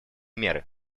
меры